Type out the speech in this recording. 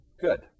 Good